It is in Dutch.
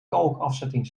kalkafzetting